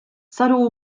saru